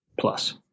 plus